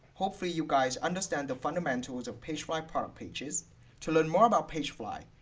hopefully you guys understand the fundamentals of pagefly product pages to learn more about pagefly,